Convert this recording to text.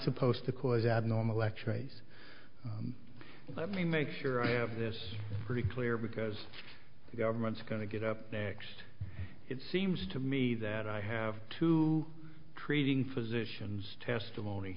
supposed to cause abnormal lecture ace let me make sure i have this pretty clear because the government's going to get up next it seems to me that i have to treating physicians testimony